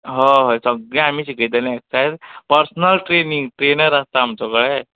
हय सगळे आमी शिकयतलीं एक्सरसाइज पर्सनल ट्रॅनींग ट्रॅनर आसता आमचो